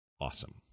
awesome